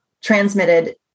transmitted